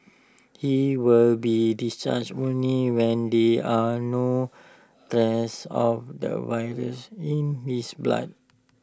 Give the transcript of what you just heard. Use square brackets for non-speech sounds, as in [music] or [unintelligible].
he will be discharged only when there are no [unintelligible] of the virus in his blood